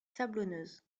sablonneuses